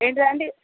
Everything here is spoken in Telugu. ఏంటండీ